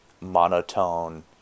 monotone